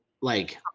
like-